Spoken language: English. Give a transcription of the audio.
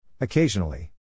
Occasionally